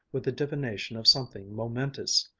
with a divination of something momentous.